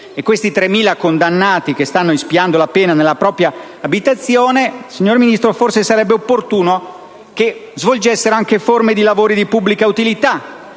Questi 3.000 condannati che stanno espiando la pena nella propria abitazione, signor Ministro, forse sarebbe opportuno che svolgessero anche forme di lavoro di pubblica utilità,